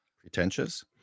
pretentious